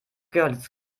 görlitz